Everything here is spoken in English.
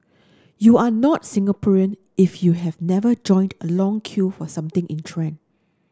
you are not Singaporean if you have never joined a long queue for something in trend